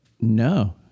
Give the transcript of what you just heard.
no